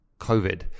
COVID